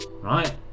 right